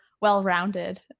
well-rounded